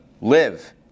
live